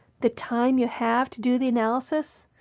the time you have to do the analysis,